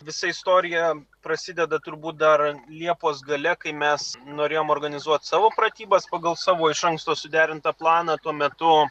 visa istorija prasideda turbūt dar liepos gale kai mes norėjom organizuot savo pratybas pagal savo iš anksto suderintą planą tuo metu